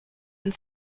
and